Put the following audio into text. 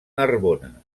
narbona